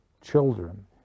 children